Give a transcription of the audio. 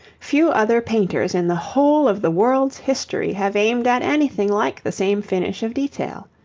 few other painters in the whole of the world's history have aimed at anything like the same finish of detail.